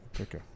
Okay